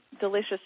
delicious